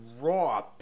raw